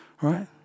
right